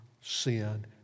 sin